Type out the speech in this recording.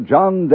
John